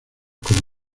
con